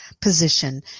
position